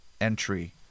entry